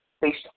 based